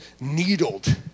needled